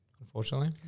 unfortunately